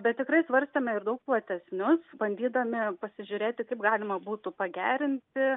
bet tikrai svarstėme ir daug platesnius bandydami pasižiūrėti kaip galima būtų pagerinti